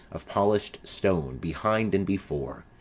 of polished stone, behind and before